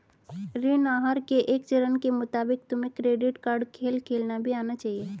ऋण आहार के एक चरण के मुताबिक तुम्हें क्रेडिट कार्ड खेल खेलना भी आना चाहिए